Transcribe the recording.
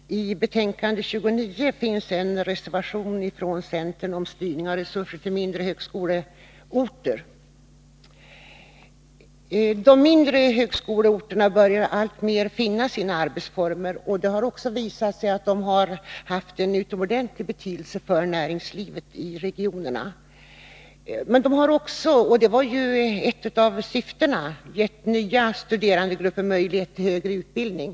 Herr talman! I utbildningsutskottets betänkande 29 finns en reservation från centern om styrning av resurser till mindre högskoleorter. De mindre högskoleenheterna börjar alltmer finna sina arbetsformer. Det har visat sig att de haft en utomordentlig betydelse för näringslivet i regionen. De har också — och det var ju ett av syftena — givit nya studerandegrupper möjlighet till högre utbildning.